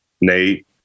Nate